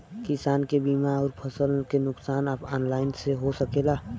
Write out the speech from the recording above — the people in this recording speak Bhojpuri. किसान के बीमा अउर फसल के नुकसान ऑनलाइन से हो सकेला?